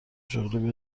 شغلی